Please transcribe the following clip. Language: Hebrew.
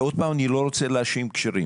ועוד פעם אני לא רוצה להאשים כשרים,